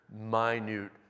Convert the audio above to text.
minute